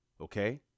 Okay